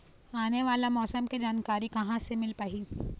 आने वाला मौसम के जानकारी कहां से मिल पाही?